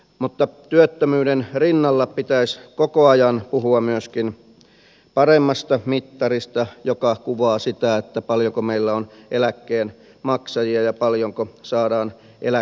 mutta työttömyyden rinnalla pitäisi koko ajan puhua myöskin paremmasta mittarista joka kuvaa sitä paljonko meillä on eläkkeen maksajia ja paljonko saadaan eläketuloa